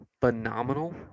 phenomenal